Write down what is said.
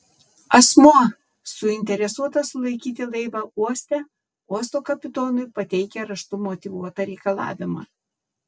asmuo suinteresuotas sulaikyti laivą uoste uosto kapitonui pateikia raštu motyvuotą reikalavimą